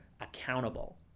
accountable